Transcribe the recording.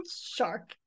Shark